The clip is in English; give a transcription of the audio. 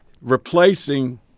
replacing